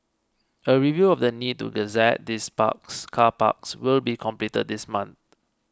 a review of the need to gazette these parks car parks will be completed this month